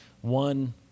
One